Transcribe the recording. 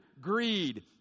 greed